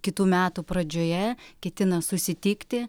kitų metų pradžioje ketina susitikti